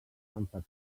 fascicles